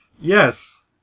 yes